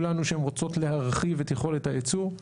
לנו שהן רוצות להרחיב את יכולת הייצוא.